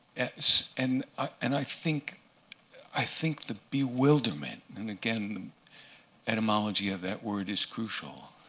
so and and i think i think the bewilderment and again, the etymology of that word is crucial.